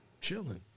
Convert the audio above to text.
Chilling